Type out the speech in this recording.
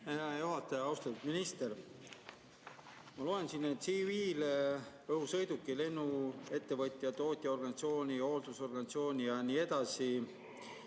Hea juhataja! Austatud minister! Ma loen siit, et tsiviilõhusõiduki, lennuettevõtja, tootjaorganisatsiooni, hooldusorganisatsiooni ja nii edasi